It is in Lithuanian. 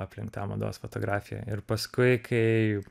aplink tą mados fotografiją ir paskui kai